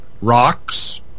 Rocks